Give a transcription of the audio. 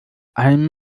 ein